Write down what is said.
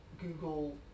Google